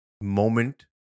moment